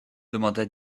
demanda